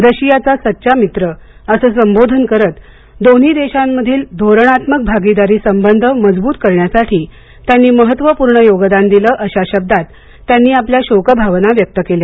रशियाचा सच्चा मित्र असं संबोधन करत दोन्ही देशांमधील धोरणात्मक भागीदारी संबंध मजबूत करण्यासाठी त्यांनी महत्त्वपूर्ण योगदान दिलं अशा शब्दात त्यांनी आपल्या शोकभावना व्यक्त केल्या